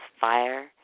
fire